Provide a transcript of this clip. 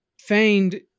feigned